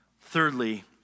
Thirdly